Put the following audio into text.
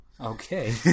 Okay